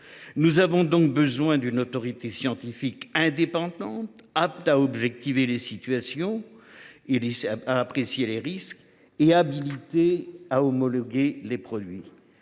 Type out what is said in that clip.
Nous avons ainsi besoin d’une autorité scientifique indépendante, apte à objectiver les situations et à apprécier les risques et habilitée à homologuer les produits.